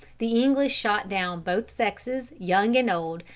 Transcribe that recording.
the english shot down both sexes, young and old,